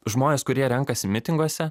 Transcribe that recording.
žmonės kurie renkasi mitinguose